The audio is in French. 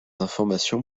informations